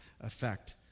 effect